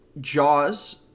Jaws